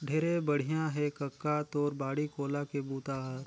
ढेरे बड़िया हे कका तोर बाड़ी कोला के बूता हर